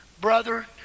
Brother